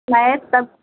है सब